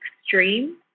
extreme